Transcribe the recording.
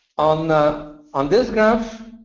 on on this graph,